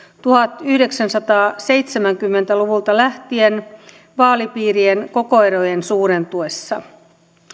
tuhatyhdeksänsataaseitsemänkymmentä luvulta lähtien vaalipiirien kokoerojen suurentuessa